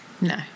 no